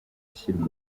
ashyira